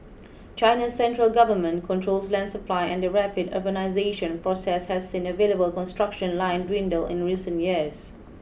China's central government controls land supply and the rapid urbanisation process has seen available construction land dwindle in recent years